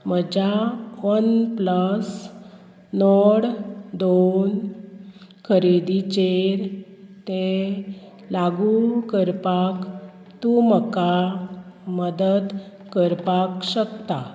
म्हज्या OnePlus Nord दोन खरेदीचेर ते लागू करपाक तूं म्हाका मदत करपाक शकता